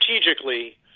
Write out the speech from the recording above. strategically